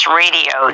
radio